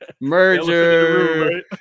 Merger